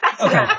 Okay